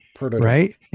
right